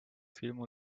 filmu